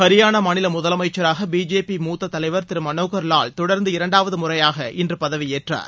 ஹரியானா மாநில முதலமைச்சராக பிஜேபி மூத்த தலைவர் திரு மனோகர் வால் தொடர்ந்து இரண்டாவது முறையாக இன்று பதவியேற்றார்